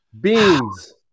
Beans